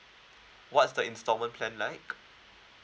what's the instalment plan like